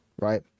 right